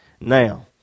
Now